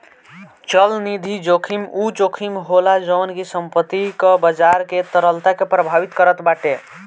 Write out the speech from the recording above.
चलनिधि जोखिम उ जोखिम होला जवन की संपत्ति कअ बाजार के तरलता के प्रभावित करत बाटे